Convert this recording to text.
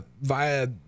via